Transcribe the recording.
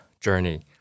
journey